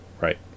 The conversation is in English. Right